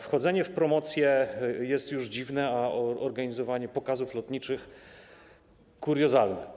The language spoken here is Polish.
Wchodzenie w promocje jest już dziwne, a organizowanie pokazów lotniczych - kuriozalne.